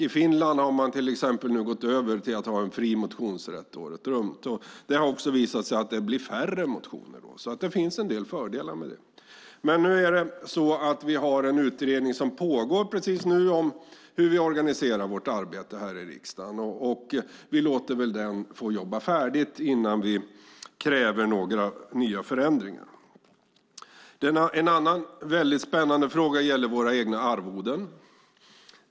I Finland har man till exempel gått över till att ha fri motionsrätt året runt. Det har visat sig att det därmed blir färre motioner, så det finns en del fördelar med det. Just nu pågår en utredning om hur vi organiserar arbetet här i riksdagen. Vi låter väl den få jobba färdigt innan vi kräver förändringar. Den andra, väldigt spännande, frågan gäller ledamöternas arvoden.